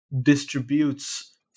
distributes